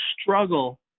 struggle